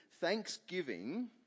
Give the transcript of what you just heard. thanksgiving